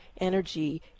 energy